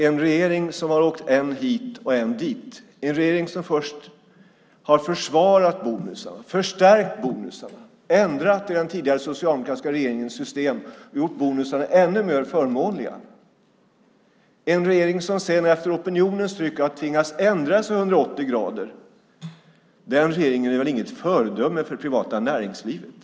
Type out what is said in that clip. En regering som har åkt än hit än dit, en regering som först har försvarat och förstärkt bonusar och ändrat i den tidigare socialdemokratiska regeringens system och gjort bonusarna ännu mer förmånliga, en regering som efter opinionens tryck har tvingats ändra sig 180 grader är inget föredöme för det privata näringslivet.